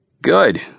Good